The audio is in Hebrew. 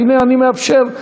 והנה, אני מאפשר.